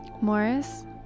Morris